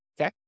Okay